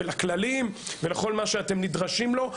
לכללים ולכל מה שאתם נדרשים לו.